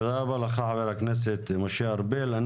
תודה רבה לך, חבר הכנסת משה ארבל.